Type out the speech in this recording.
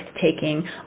taking